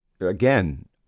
Again